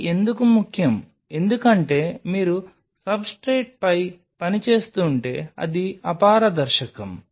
అది ఎందుకు ముఖ్యం ఎందుకంటే మీరు సబ్స్ట్రేట్పై పని చేస్తుంటే అది అపారదర్శకం